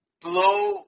blow